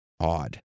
odd